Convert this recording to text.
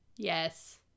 Yes